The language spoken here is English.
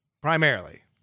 primarily